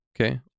Okay